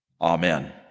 Amen